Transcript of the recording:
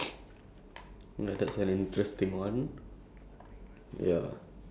like on your second last day on earth you can go to jail then after that dead